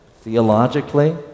theologically